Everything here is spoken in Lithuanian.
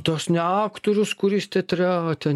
tas ne aktorius kuris teatre o ten